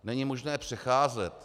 Není možné je přecházet.